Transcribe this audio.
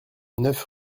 neuf